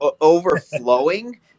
overflowing